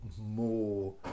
more